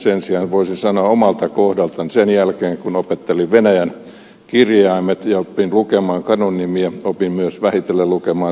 sen sijaan voisin sanoa omalta kohdaltani että sen jälkeen kun opettelin venäjän kirjaimet ja opin lukemaan kadunnimiä opin myös vähitellen lukemaan sanomalehteä